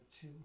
two